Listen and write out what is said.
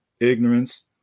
ignorance